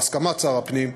בהסכמת שר הפנים,